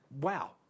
Wow